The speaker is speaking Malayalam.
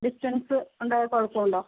ഡിസ്റ്റൻസ് ഉണ്ടായാൽ കുഴപ്പം ഉണ്ടോ